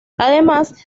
además